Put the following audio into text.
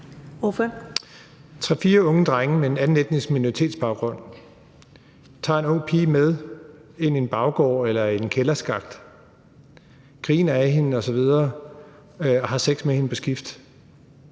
unge drenge med en anden etnisk minoritetsbaggrund tager en ung pige med ind i en baggård eller i en kælderskakt, griner ad hende osv. og har sex med hende på skift.